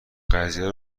قضیه